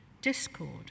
discord